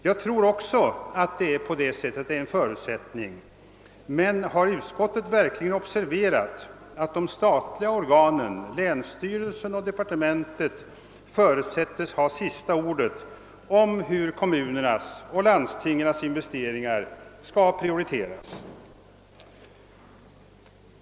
Jag tror också att det är en förutsättning, men har utskottet verkligen observerat att statliga organ — länsstyrelserna och departementet — förutsättes få sista ordet när det gäller prioriteringen mellan kommunernas och landstingens investering?